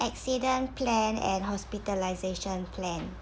accident plan and hospitalization plan